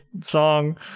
song